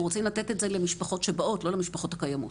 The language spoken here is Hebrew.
אנחנו רוצים לתת את זה למשפחות באות לא למשפחות הקיימות